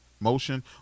motion